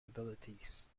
abilities